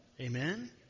Amen